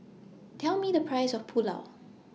Tell Me The Price of Pulao